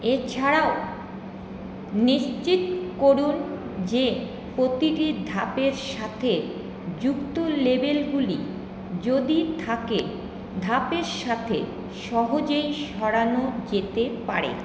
এছাড়াও নিশ্চিত করুন যে প্রতিটি ধাপের সাথে যুক্ত লেবেলগুলি যদি থাকে ধাপের সাথে সহজেই সরানো যেতে পারে